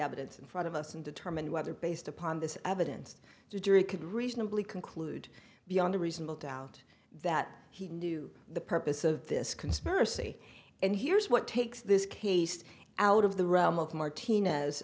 evidence in front of us and determine whether based upon this evidence the jury could reasonably conclude beyond a reasonable doubt that he knew the purpose of this conspiracy and here's what takes this case out of the realm of martinez